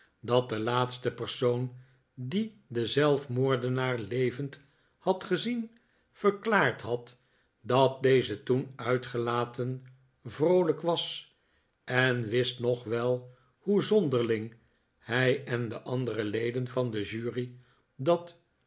dat de laatste persoon die den zelfmoordenaar levend had gezien verklaard had dat deze toen uitgelaten vroolijk was en wist nog wel hoe zonderling hij en de andere leden van de jury dat